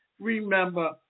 remember